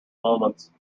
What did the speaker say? moments